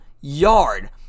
yard